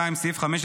(2) סעיף 15,